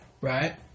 right